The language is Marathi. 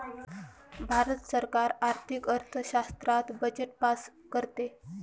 भारत सरकार आर्थिक अर्थशास्त्रात बजेट पास करते